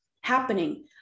happening